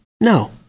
No